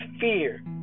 fear